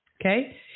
Okay